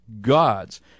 God's